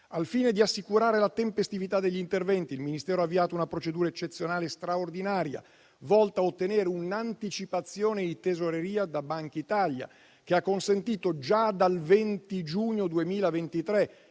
Al fine di assicurare la tempestività degli interventi, il Ministero ha avviato una procedura eccezionale straordinaria volta ad ottenere un'anticipazione di tesoreria da Bankitalia, che ha consentito già dal 20 giugno 2023,